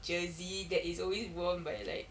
jersey that is always worn by like